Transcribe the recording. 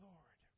Lord